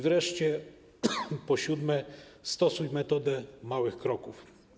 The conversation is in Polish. Wreszcie po siódme, stosuj metodę małych kroków.